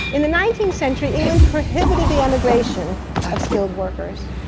in the nineteenth century england prohibited the emigration of skilled workers.